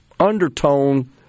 undertone